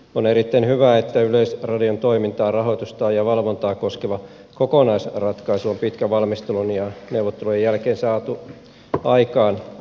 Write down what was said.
on erittäin hyvä että yleisradion toimintaa rahoitusta ja valvontaa koskeva kokonaisratkaisu on pitkän valmistelun ja neuvottelujen jälkeen saatu aikaan